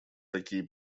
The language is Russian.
такие